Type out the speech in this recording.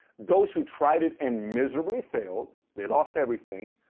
those who tried it and miserably failed. they lost everything.